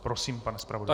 Prosím, pane zpravodaji.